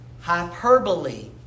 hyperbole